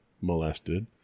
molested